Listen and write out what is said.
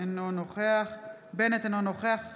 אינו נוכח חיים